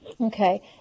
Okay